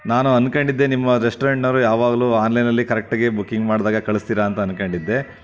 ನಾನು ಅನ್ಕೊಂಡಿದ್ದೆ ನಿಮ್ಮ ರೆಸ್ಟ್ರೆಂಟ್ನವರು ಯಾವಾಗಲೂ ಆನ್ಲೈನಲ್ಲಿ ಕರೆಕ್ಟಗಿ ಬುಕಿಂಗ್ ಮಾಡಿದಾಗ ಕಳಿಸ್ತೀರ ಅಂತ ಅನ್ಕೊಂಡಿದ್ದೆ